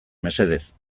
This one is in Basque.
mesedez